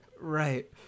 right